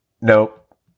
nope